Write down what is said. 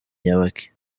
nyabaki